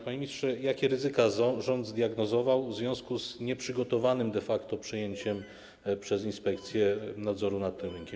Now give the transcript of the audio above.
Panie ministrze, jakie ryzyka rząd zdiagnozował w związku z nieprzygotowanym de facto przejęciem przez inspekcję nadzoru nad tym rynkiem?